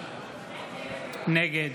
נגד